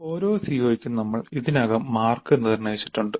ഓരോ സിഒയ്ക്കും നമ്മൾ ഇതിനകം മാർക്ക് നിർണ്ണയിച്ചിട്ടുണ്ട്